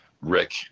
rick